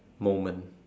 moment